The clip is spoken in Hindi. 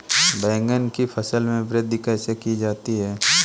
बैंगन की फसल में वृद्धि कैसे की जाती है?